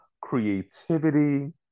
creativity